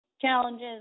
challenges